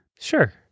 Sure